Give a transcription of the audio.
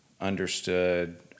understood